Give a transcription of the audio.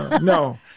No